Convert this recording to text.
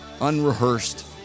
unrehearsed